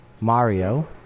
Mario